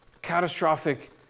catastrophic